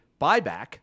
buyback